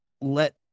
let